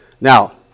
Now